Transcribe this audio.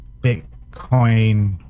Bitcoin